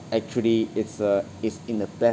actually it's uh is in the best